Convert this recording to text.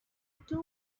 too